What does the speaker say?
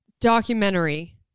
documentary